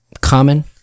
common